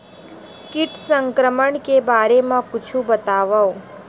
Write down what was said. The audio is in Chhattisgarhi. कीट संक्रमण के बारे म कुछु बतावव?